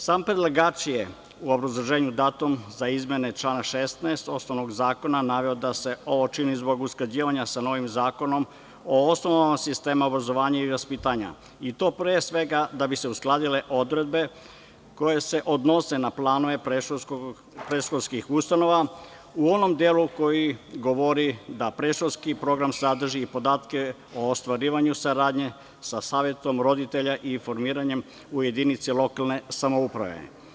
Sam predlagač je u obrazloženju datom za izmene člana 16. osnovnog zakona naveo da se ovo čini zbog usklađivanja sa novim Zakonom o osnovama sistema obrazovanja i vaspitanja, i to pre svega da bi se uskladile odredbe koje se odnose na planove predškolskih ustanova u onom delu koji govori da predškolski program sadrži podatke o ostvarivanju saradnje sa savetom roditelja i formiranjem u jedinici lokalne samouprave.